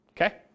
okay